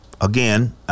again